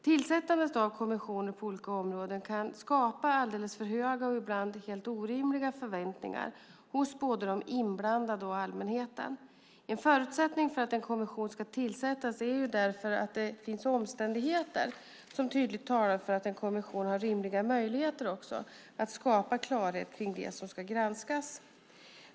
Tillsättandet av kommissioner på olika områden kan skapa alltför höga, och ibland orimliga, förväntningar hos både de inblandade och allmänheten. En förutsättning för att en kommission ska tillsättas är därför att det finns omständigheter som tydligt talar för att en kommission har rimliga möjligheter att skapa klarhet kring det som ska granskas.